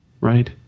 Right